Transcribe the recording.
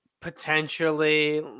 potentially